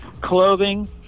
clothing